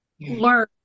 learn